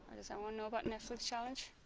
does anyone know about netflix challenge